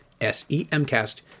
S-E-M-Cast